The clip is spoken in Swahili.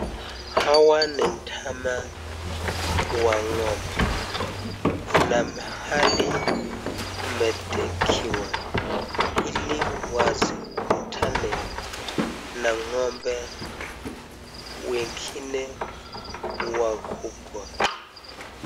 Hawa ni ndama wa ng'ombe, kuna mahali ametegewa ili wasikutane na ng'ombe wengine wakubwa.